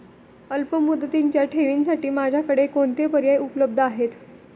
अल्पमुदतीच्या ठेवींसाठी माझ्याकडे कोणते पर्याय उपलब्ध आहेत?